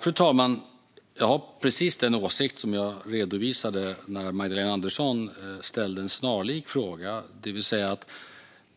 Fru talman! Jag har precis den åsikt som jag redovisade när Magdalena Andersson ställde en snarlik fråga.